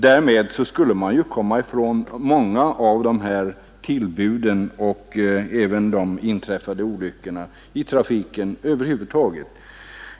Därmed skulle man komma ifrån många av olyckorna i trafiken.